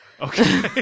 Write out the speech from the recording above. Okay